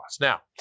Now